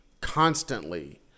constantly